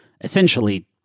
essentially